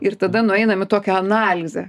ir tada nueinam į tokią analizę